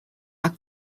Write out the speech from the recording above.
are